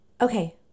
Okay